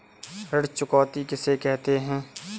ऋण चुकौती किसे कहते हैं?